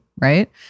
right